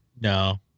No